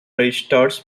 registers